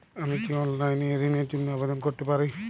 আমি কি অনলাইন এ ঋণ র জন্য আবেদন করতে পারি?